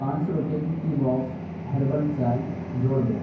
پانچ سو روپے کی ٹی باکس ہربل چائے جوڑ دو